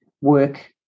work